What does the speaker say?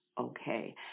okay